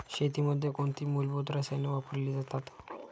शेतीमध्ये कोणती मूलभूत रसायने वापरली जातात?